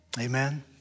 Amen